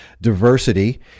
diversity